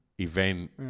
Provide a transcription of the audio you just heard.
event